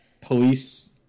police